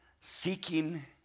seeking